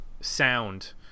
sound